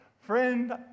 Friend